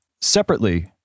separately